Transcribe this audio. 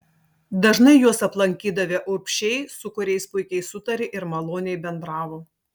dažnai juos aplankydavę urbšiai su kuriais puikiai sutarė ir maloniai bendravo